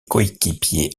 coéquipiers